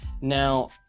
now